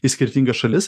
į skirtingas šalis